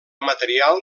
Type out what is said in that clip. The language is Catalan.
material